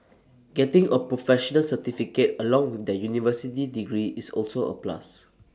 getting A professional certificate along with their university degree is also A plus